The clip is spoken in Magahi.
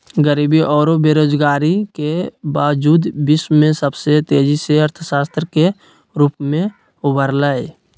गरीबी औरो बेरोजगारी के बावजूद विश्व में सबसे तेजी से अर्थव्यवस्था के रूप में उभरलय